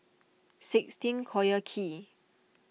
sixteen Collyer Quay